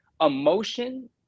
emotion